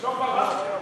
לא מוותרת.